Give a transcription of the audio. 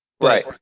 Right